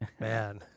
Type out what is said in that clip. Man